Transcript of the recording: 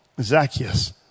Zacchaeus